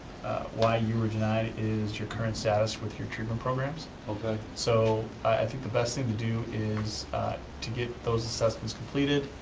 why you were denied is your current status with your treatment programs. okay. so i think the best thing to do is to get those assessments completed.